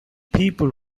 people